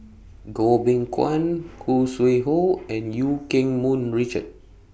Goh Beng Kwan Khoo Sui Hoe and EU Keng Mun Richard